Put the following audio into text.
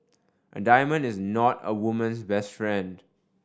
a diamond is not a woman's best friend